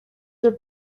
their